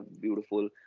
beautiful